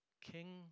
King